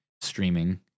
Streaming